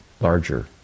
larger